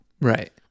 Right